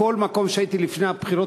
בכל מקום שהייתי בו לפני הבחירות,